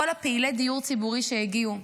כל פעילי הדיור הציבורי שהגיעו,